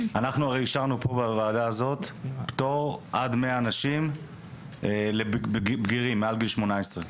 אנחנו הרי אישרנו פה בוועדה הזאת פטור עד 100 אנשים לבגירים מעל גיל 18,